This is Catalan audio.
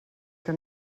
que